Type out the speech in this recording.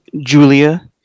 Julia